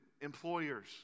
employers